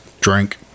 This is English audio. Drink